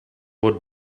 would